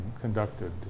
conducted